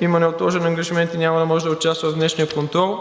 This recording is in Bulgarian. има неотложен ангажимент и няма да може да участва в днешния контрол.